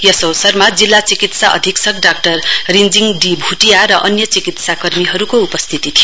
यस अवसरमा जिल्ला चिकित्सा अधीक्षक डाक्टर रिश्विङ डी भुटिया र अन्य चिकित्सा कर्मीहरुको उपस्थिती थियो